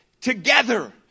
together